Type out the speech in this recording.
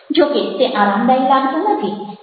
જો કે તે આરામદાયી લાગતું નથી